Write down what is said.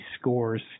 scores